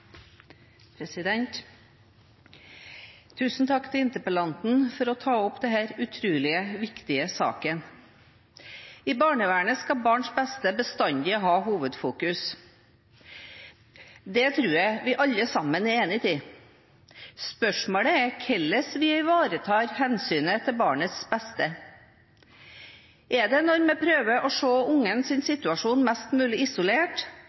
det. Tusen takk til interpellanten for å ta opp denne utrolig viktige saken. I barnevernet skal barns beste bestandig ha hovedfokus. Det tror jeg vi alle er enige om. Spørsmålet er hvordan vi ivaretar hensynet til barnets beste. Er det når vi prøver å se ungens situasjon mest mulig isolert,